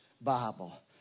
Bible